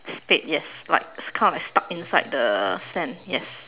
stuck yes like kind of like stuck inside the stand yes